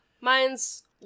Mine's